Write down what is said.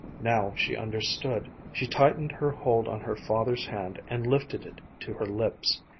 now she understood. she tightened her hold on her father's hand and lifted it to her lips.